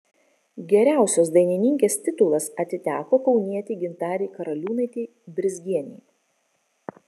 geriausios dainininkės titulas atiteko kaunietei gintarei karaliūnaitei brizgienei